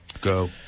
Go